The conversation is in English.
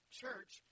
church